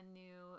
new